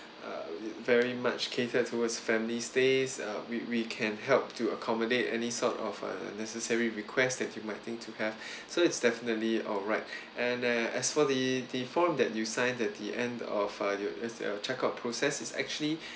uh it very much catered towards family stays uh we we can help to accommodate any sort of um necessary request that you might think to have so it's definitely alright and uh as for the the form that you signed at the end of uh your your your check out process it's actually